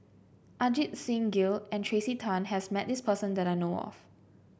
Ajit Singh Gill and Tracey Tan has met this person that I know of